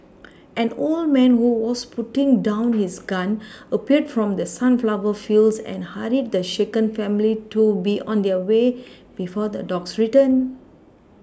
an old man who was putting down his gun appeared from the sunflower fields and hurried the shaken family to be on their way before the dogs return